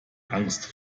angst